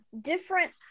different